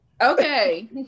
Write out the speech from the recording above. Okay